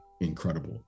incredible